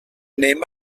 anem